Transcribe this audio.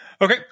Okay